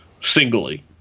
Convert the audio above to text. singly